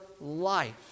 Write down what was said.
life